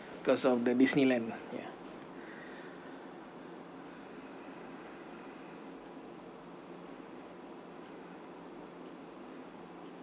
because of the disneyland lah ya